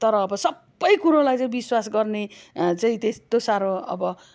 तर अब सबै कुरोलाई चाहिँ विश्वास गर्ने चाहिँ त्यस्तो साह्रो अब